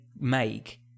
make